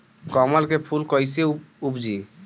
कमल के फूल कईसे उपजी?